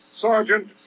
Sergeant